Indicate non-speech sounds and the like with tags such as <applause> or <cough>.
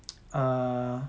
<noise> err